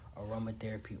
aromatherapy